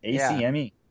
ACME